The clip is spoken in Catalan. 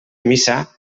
missa